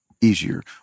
easier